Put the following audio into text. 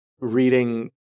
reading